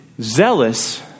zealous